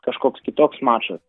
kažkoks kitoks mačas